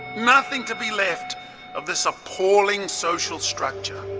nothing to be left of this appalling social structure,